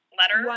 letter